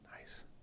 Nice